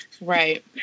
Right